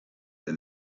than